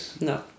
No